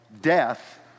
death